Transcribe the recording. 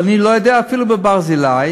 ואני לא יודעת אם אפילו בבית-חולים ברזילי,